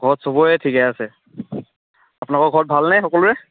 ঘৰত চবৰে ঠিকে আছে আপোনালোকৰ ঘৰত ভালনে সকলোৰে